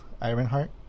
Ironheart